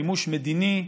מימוש מדיני,